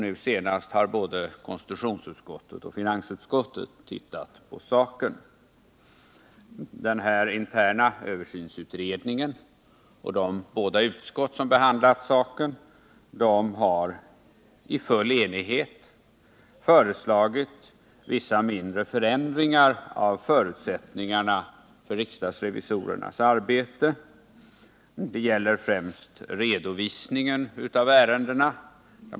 Nu senast har både konstitutionsutskottet och finansutskottet tittat på saken. Den interna översynsutredningen och de båda utskott som behandlat saken har i full enighet föreslagit vissa mindre förändringar när det gäller förutsättningarna för riksdagsrevisorernas arbete. Det gäller främst redovisningen av ärendena.